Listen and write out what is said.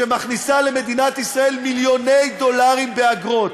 שמכניסה למדינת ישראל מיליוני דולרים באגרות,